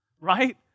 Right